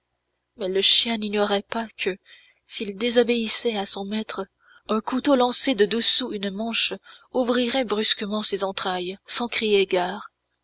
mais le chien n'ignorait pas que s'il désobéissait à son maître un couteau lancé de dessous une manche ouvrirait brusquement ses entrailles sans crier gare